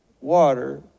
water